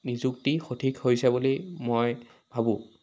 নিযুক্তি সঠিক হৈছে বুলি মই ভাবোঁ